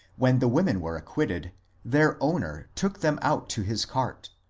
when the women were acquitted their owner took them out to his cart,